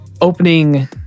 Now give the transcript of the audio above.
Opening